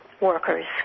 workers